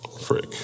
Frick